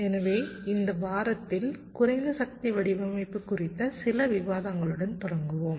எனவே இந்த வாரத்தில் குறைந்த சக்தி வடிவமைப்பு குறித்த சில விவாதங்களுடன் தொடங்குவோம்